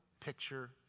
picture